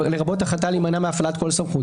לרבות החלטה להימנע מהפעלת כל הסמכות